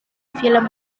film